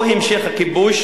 או המשך הכיבוש,